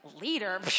leader